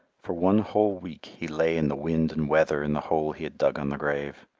for one whole week he lay in the wind and weather in the hole he had dug on the grave.